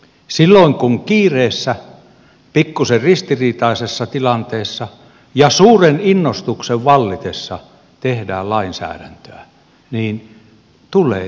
silloin kun kiireessä pikkusen ristiriitaisessa tilanteessa ja suuren innostuksen vallitessa tehdään lainsäädäntöä niin tulee tällaista jälkeä